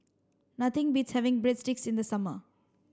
nothing beats having Breadsticks in the summer